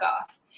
off